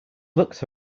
looked